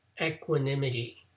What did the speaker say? equanimity